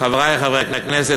חברי חברי הכנסת,